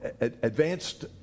advanced